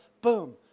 boom